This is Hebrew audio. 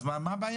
אז מה הבעיה?